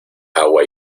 agua